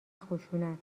خشونت